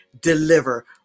deliver